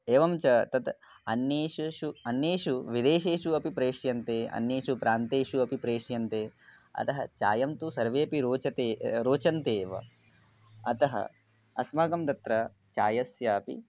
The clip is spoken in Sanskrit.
एवं च तत् अन्येषु अन्येषु विदेशेषु अपि प्रेष्यन्ते अन्येषु प्रान्तेषु अपि प्रेष्यन्ते अतः चायं तु सर्वेऽपि रोचते रोचन्ते एव अतः अस्माकं तत्र चायस्यापि